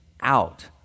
out